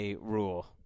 rule